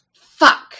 Fuck